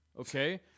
Okay